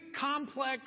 complex